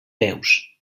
peus